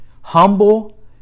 Humble